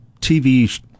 TV